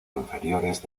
inferiores